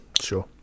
Sure